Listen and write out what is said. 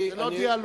זה לא דיאלוג.